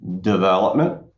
development